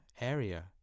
area